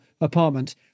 apartment